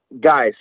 guys